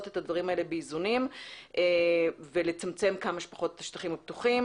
את הדברים האלה באיזונים ולצמצם כמה שפחות את השטחים הפתוחים.